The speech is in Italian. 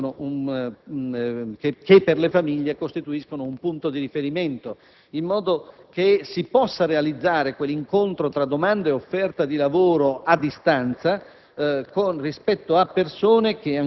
per le famiglie costituiscono un punto di riferimento, in modo che si possa realizzare l'incontro tra domanda e offerta di lavoro a distanza